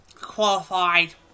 qualified